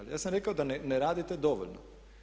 Ja sam rekao da ne radite dovoljno.